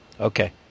Okay